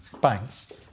banks